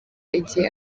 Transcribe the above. igihe